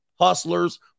hustlers